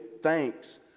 thanks